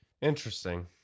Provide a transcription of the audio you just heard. Interesting